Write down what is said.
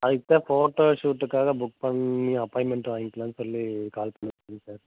அதுக்கு தான் ஃபோட்டோ ஷூட்டுக்காக புக் பண்ணி அப்பாயின்மெண்ட் வாய்ங்கிலாம் சொல்லி கால் பண்ணி இருக்கேன் சார்